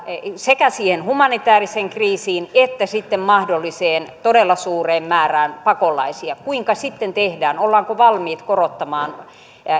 sekä siihen humanitääriseen kriisiin että sitten mahdolliseen todella suureen määrään pakolaisia kuinka sitten tehdään ollaanko valmiit korottamaan